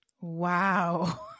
Wow